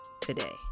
today